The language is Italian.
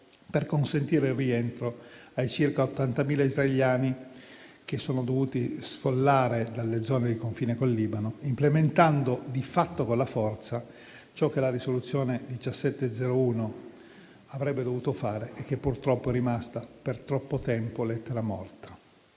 per consentire il rientro dei circa 80.000 israeliani che sono dovuti sfollare dalle zone di confine con il Libano, implementando, di fatto con la forza, ciò che la risoluzione n. 1701 avrebbe dovuto fare e che purtroppo è rimasta per troppo tempo lettera morta.